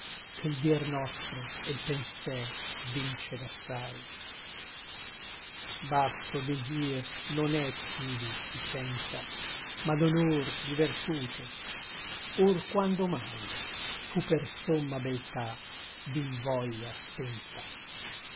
che l dir nostro e l penser vince d'assai basso desir non è ch'ivi si senta ma d'onor di vertute or quando mai fu per somma beltà vil voglia spenta